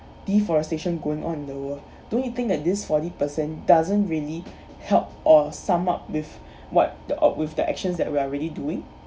deforestation going on in the world don't you think that this forty percent doesn't really help or sum up with what the with the actions that we're already doing